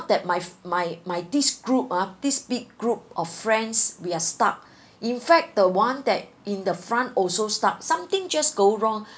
that my my my this group ah this big group of friends we are stuck in fact the one that in the front also stuck something just go wrong